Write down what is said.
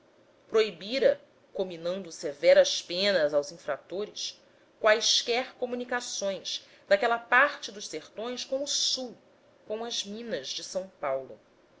proibira cominando severas penas aos infratores quaisquer comunicações daquela parte dos sertões com o sul com as minas de s paulo